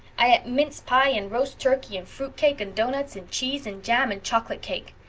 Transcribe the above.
i et mince pie and rost turkey and frut cake and donuts and cheese and jam and choklut cake.